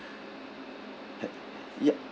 ha~ ya